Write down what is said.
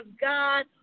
God